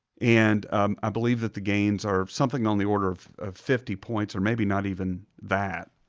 and um i believe that the gains are something on the order of ah fifty points, or maybe not even that.